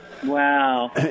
Wow